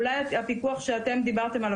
אולי הפיקוח שאתם דיברתם עליו,